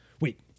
wait